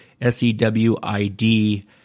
S-E-W-I-D